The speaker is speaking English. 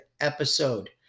episode